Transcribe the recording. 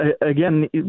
again